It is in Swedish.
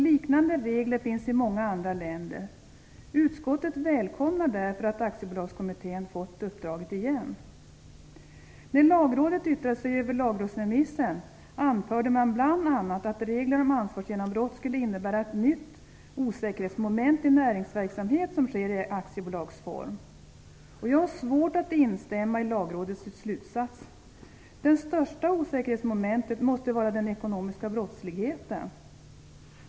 Liknande regler finns i många andra länder. Utskottet välkomnar därför att Aktiebolagskommittén har fått uppdraget igen. När Lagrådet yttrade sig över lagrådsremissen anförde man bl.a. att regler om ansvarsgenombrott kunde innebära ett nytt osäkerhetsmoment i näringsverksamhet som sker i aktiebolagsform. Jag har svårt att instämma i Lagrådets slutsats. Det största osäkerhetsmomentet måste vara den ekonomiska brottsligheten.